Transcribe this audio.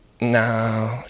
no